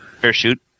parachute